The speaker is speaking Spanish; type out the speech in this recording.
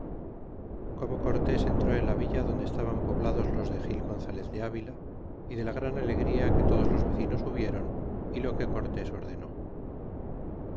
como cortes entró en la villa donde estaban poblados los de gil gonzalez de avila y de la gran alegría que todos los vecinos ludieron y lo que cortes ordenó